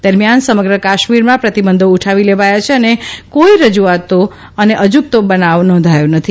દરમિયાન સમગ્ર કાશ્મીરમાં પ્રતિ ધો ઉઠાવી લેવાયા છે અને કોઇ અજુગતો નાવ નોંધાયો નથી